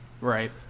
Right